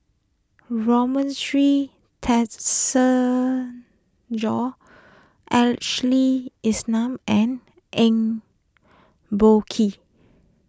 Ashley Isham and Eng Boh Kee